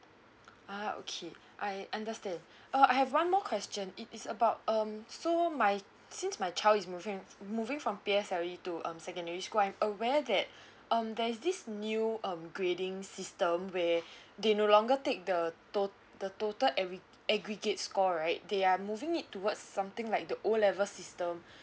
ah okay I understand uh I have one more question it is about um so my since my child is moving moving from P_S_L_E to um secondary school I'm aware that um there's this new um grading system where they no longer take the tot~ the total aggre~ aggregate score right they are moving it towards something like the O level system